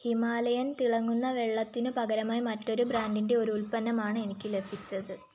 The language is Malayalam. ഹിമാലയൻ തിളങ്ങുന്ന വെള്ളത്തിന് പകരമായി മറ്റൊരു ബ്രാൻഡിന്റെ ഒരു ഉൽപ്പന്നമാണ് എനിക്ക് ലഭിച്ചത്